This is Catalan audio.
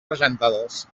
argentades